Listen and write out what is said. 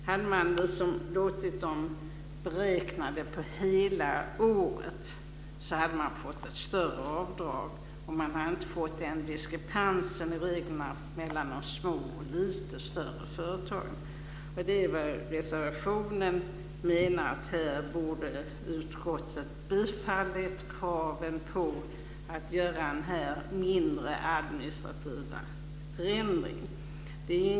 Om man hade låtit dem beräkna det på hela året hade de fått göra ett större avdrag, och man hade inte fått den här diskrepansen när det gäller reglerna mellan de små och lite större företagen. I reservationen menar vi att det borde ha blivit ett bifall till kravet på att den här mindre administrativa förändringen skulle göras.